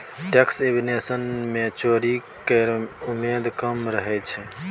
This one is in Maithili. टैक्स इवेशन मे चोरी केर उमेद कम रहय छै